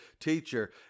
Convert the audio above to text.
teacher